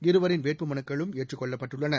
இருவரின் வேட்பு மனுக்களும் ஏற்றுக்கொள்ளப்பட்டுள்ளன